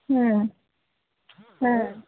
হ্যাঁ হ্যাঁ